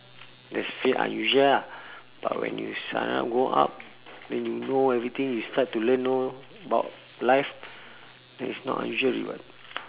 that's a bit unusual lah but when you sign up grow up when you know everything you start to learn lor about life it's not unusual already [what]